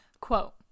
Quote